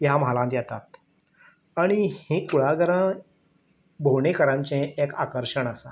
ह्या म्हालांत येतात आनी हीं कुळागरां भोंवडेकारांचें एक आकर्शन आसा